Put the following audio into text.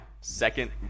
second